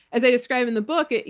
as i describe in the book,